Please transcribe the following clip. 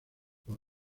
por